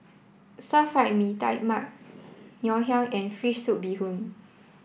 Stir Fry Mee Tai Mak Ngoh Hiang and Fish Soup Bee Hoon